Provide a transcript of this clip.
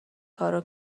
کارو